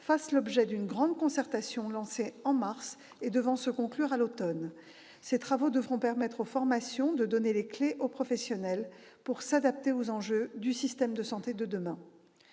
fassent l'objet d'une grande concertation, lancée en mars dernier et qui doit se conclure à l'automne. Ces travaux devront permettre aux formations de donner les clefs nécessaires aux professionnels pour s'adapter aux enjeux du système de santé de demain.